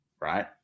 right